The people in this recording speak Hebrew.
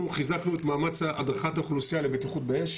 אנחנו חיזקנו את מאמץ הדרכת האוכלוסיה לבטיחות באש.